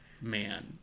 man